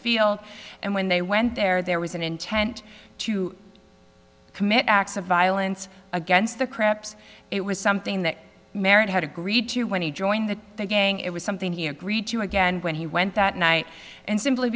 field and when they went there there was an intent to commit acts of violence against the crips it was something that merritt had agreed to when he joined the gang it was something he agreed to again when he went that night and simply